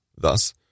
thus